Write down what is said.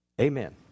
Amen